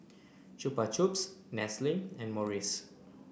Chupa Chups Nestle and Morries